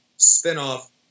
spin-off